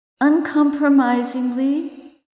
uncompromisingly